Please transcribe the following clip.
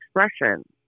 expression